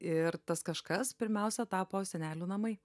ir tas kažkas pirmiausia tapo senelių namai